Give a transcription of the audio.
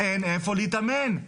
אין איפה להתאמן.